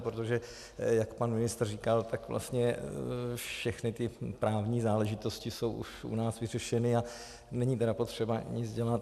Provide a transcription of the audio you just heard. Protože jak pan ministr říkal, tak vlastně všechny právní záležitosti jsou už u nás vyřešeny a není tedy potřeba nic dělat.